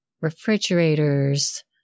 refrigerators